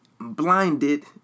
blinded